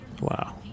Wow